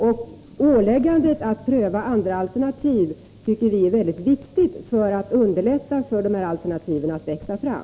Och | 39 ålägganden att pröva andra alternativ tycker vi är väldigt viktigt då det gäller att underlätta för de här alternativen att växa fram.